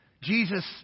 Jesus